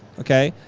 ok.